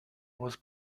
was